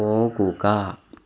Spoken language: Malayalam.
പോകുക